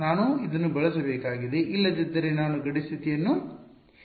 ನಾನು ಇದನ್ನು ಬಳಸಬೇಕಾಗಿದೆ ಇಲ್ಲದಿದ್ದರೆ ನಾನು ಗಡಿ ಸ್ಥಿತಿಯನ್ನು ಹೇರುತ್ತಿಲ್ಲ